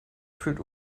fühlt